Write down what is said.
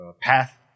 path